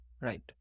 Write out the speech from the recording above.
Right